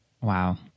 Wow